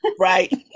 Right